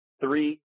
three